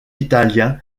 italien